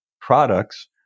products